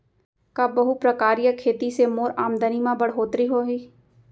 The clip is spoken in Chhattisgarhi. का बहुप्रकारिय खेती से मोर आमदनी म बढ़होत्तरी होही?